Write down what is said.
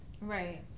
right